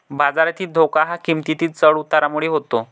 बाजारातील धोका हा किंमतीतील चढ उतारामुळे होतो